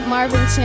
Marvin